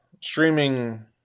streaming